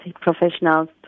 professionals